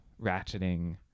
ratcheting